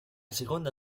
seconda